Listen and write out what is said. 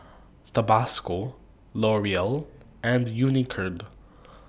Tabasco L'Oreal and Unicurd